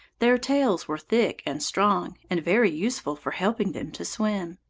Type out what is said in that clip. their tails were thick and strong, and very useful for helping them to swim.